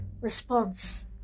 Response